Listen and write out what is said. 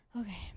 Okay